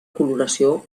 coloració